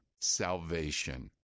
salvation